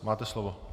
Máte slovo.